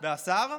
והשר,